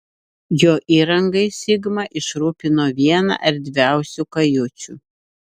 jo įrangai sigma išrūpino vieną erdviausių kajučių